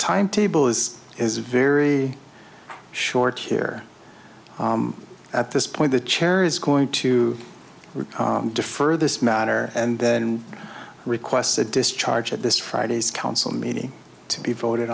timetable is is very short here at this point the chair is going to defer this matter and request a discharge at this friday's council meeting to be voted